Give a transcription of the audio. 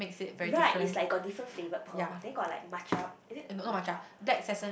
right it's like got different flavored pearl then got like Matcha is it Matcha